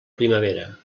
primavera